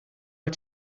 are